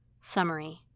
Summary